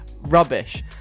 Rubbish